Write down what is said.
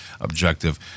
objective